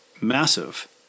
massive